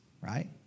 right